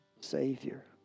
Savior